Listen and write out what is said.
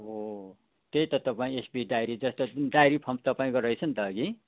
हो त्यही त तपाईँ एसबी डाइरी जस्तो डाइरी फार्म तपाईँको रहेछ नि त हगि